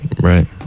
right